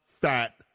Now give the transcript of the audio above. Fat